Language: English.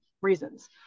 reasons